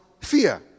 fear